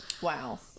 Wow